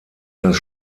das